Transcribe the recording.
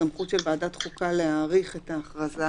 הסמכות של ועדת החוקה להאריך את ההכרזה